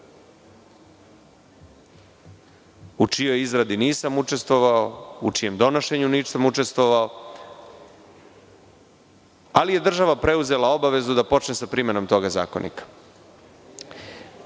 u čijoj izradi nisam učestvovao, u čijem donošenju nisam učestvovao, ali je država preuzela obavezu da počne sa primenom toga zakonika.